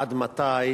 עד מתי